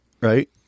right